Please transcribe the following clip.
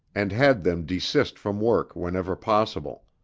and had them desist from work whenever possible.